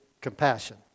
compassion